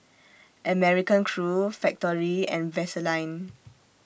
American Crew Factorie and Vaseline